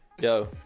Yo